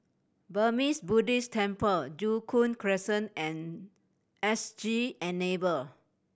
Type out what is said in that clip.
Burmese Buddhist Temple Joo Koon Crescent and S G Enable